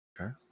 Okay